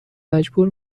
مجبور